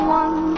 one